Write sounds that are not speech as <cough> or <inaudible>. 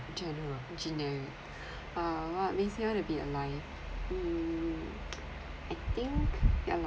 in general originary <breath> uh what makes you want to be alive mm <noise> I think ya lor